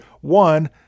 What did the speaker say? one